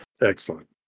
Excellent